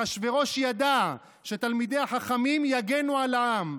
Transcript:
אחשוורוש ידע שתלמידי החכמים יגנו על כל העם,